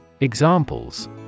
Examples